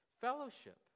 fellowship